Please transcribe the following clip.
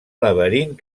laberint